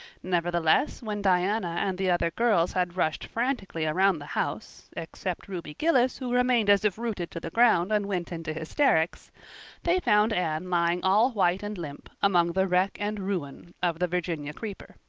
nevertheless, when diana and the other girls had rushed frantically around the house except ruby gillis, who remained as if rooted to the ground and went into hysterics they found anne lying all white and limp among the wreck and ruin of the virginia creeper.